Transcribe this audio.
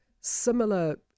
similar